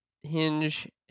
Hinge